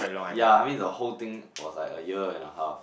ya I mean the whole thing was like a year and a half